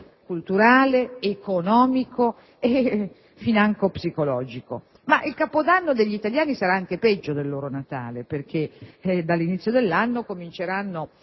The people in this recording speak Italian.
culturale, economico e finanche psicologico. Ma il Capodanno degli italiani sarà anche peggio del loro Natale perché dall'inizio dell'anno cominceranno